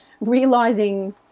realizing